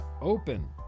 open